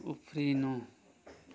उफ्रिनु